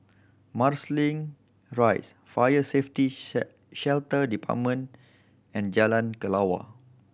Marsiling Rise Fire Safety Shelter Department and Jalan Kelawar